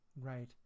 right